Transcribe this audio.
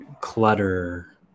clutter